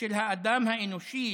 של האדם האנושי